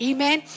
Amen